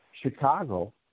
Chicago